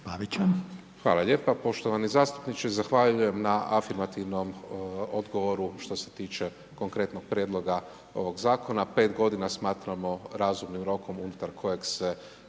Hvala lijepo. Poštovani zastupniče zahvaljujem na afirmativnom odgovoru što se tiče konkretnog prijedloga ovoga zakona. 5 g. smatramo razumnim rokom, unutar kojeg se